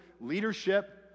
leadership